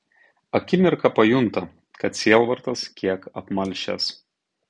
akimirką pajunta kad sielvartas kiek apmalšęs